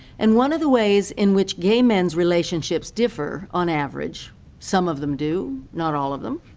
and one of the ways in which gay men's relationships differ, on average some of them do not all of them,